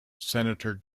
senator